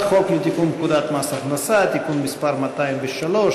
חוק לתיקון פקודת מס הכנסה (מס' 203),